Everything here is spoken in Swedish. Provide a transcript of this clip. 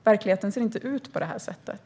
Verkligheten ser inte ut på det sättet.